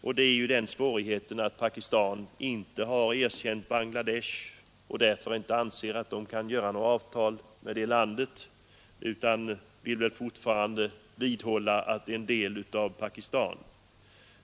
Svårigheten i detta sammanhang är att Pakistan inte har erkänt Bangladesh och därför anser att det inte kan sluta något avtal med detta land. Pakistan vill väl i stället vidhålla att det är en del av Pakistan.